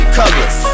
colors